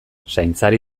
zaintzari